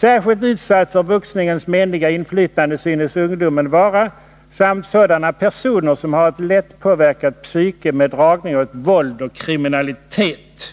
Särskilt utsatt för boxningens menliga inflytande synes ungdomen vara samt sådana personer, som har ett lättpåverkat psyke med dragning åt våld och kriminalitet.”